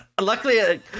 luckily